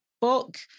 book